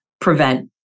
prevent